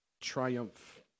Triumph